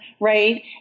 right